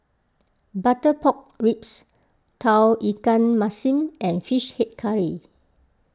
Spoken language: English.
Butter Pork Ribs Tauge Ikan Masin and Fish Head Curry